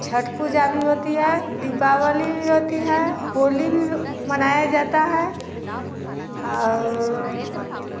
छठ पूजा भी होती है दीपावली भी होती है होली भी मनाया जाता है और